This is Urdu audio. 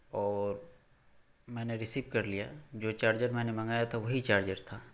اور میں نے ریسیو کر لیا جو چارجر میں نے منگایا تھا وہی چارجر تھا